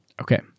okay